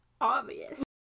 obvious